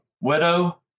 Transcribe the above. widow